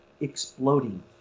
exploding